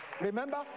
Remember